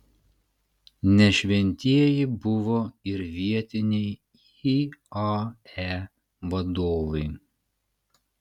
ne šventieji buvo ir vietiniai iae vadovai